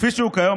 כפי שהוא כיום,